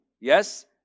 Yes